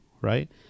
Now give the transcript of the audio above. right